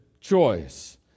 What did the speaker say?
choice